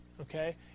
Okay